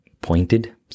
pointed